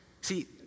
See